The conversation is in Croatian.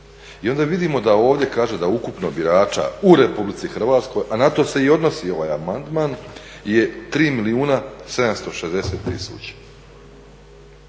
i onda vidimo da ovdje kaže da ukupno birača u Republici Hrvatskoj, a na to se i odnosi ovaj amandman je 3 milijuna 760 tisuća.